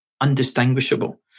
undistinguishable